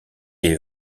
est